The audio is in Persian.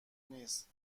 نیست